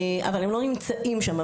אבל הן לא נמצאות שם.